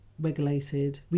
regulated